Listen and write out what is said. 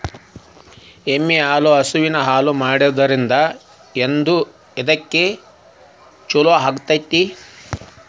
ಎಮ್ಮಿ ಹಾಲು ಸೇವನೆ ಮಾಡೋದ್ರಿಂದ ಎದ್ಕ ಛಲೋ ಆಕ್ಕೆತಿ?